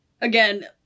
again